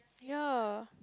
ya